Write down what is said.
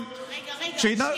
רגע, רגע, שנייה.